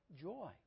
joy